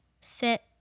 sit